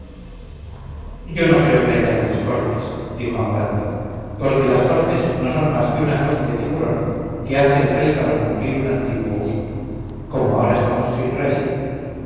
yo no creo que haya tales cortes dijo amaranta porque las cortes no son más que una cosa de figurón que hace el rey para cumplir un antiguo uso como ahora estamos sin rey